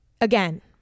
again